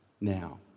now